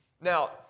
Now